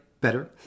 better